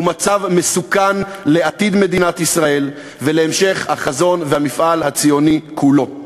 הוא מצב מסוכן לעתיד מדינת ישראל ולהמשך החזון והמפעל הציוני כולו.